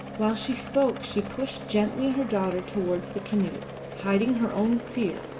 while she spoke she pushed gently her daughter towards the canoes, hiding her own fear,